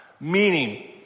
Meaning